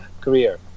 career